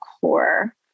core